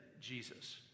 Jesus